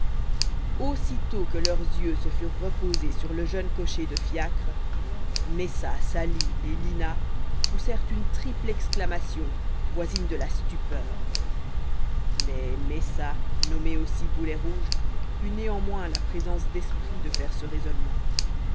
aussitôt que leurs yeux se furent reposés sur le jeune cocher de fiacre messa sali et lina poussèrent une triple exclamation voisine de la stupeur mais messa nommé aussi boulet rouge eut néanmoins la présence d'esprit de faire ce raisonnement